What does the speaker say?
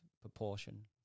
proportion